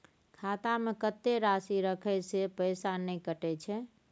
खाता में कत्ते राशि रखे से पैसा ने कटै छै?